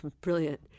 brilliant